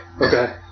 Okay